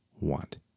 want